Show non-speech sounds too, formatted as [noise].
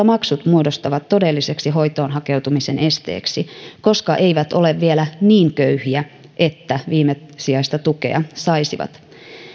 [unintelligible] maksut muodostuvat todelliseksi hoitoon hakeutumisen esteeksi koska he eivät ole vielä niin köyhiä että viimesijaista tukea saisivat